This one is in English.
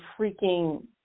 freaking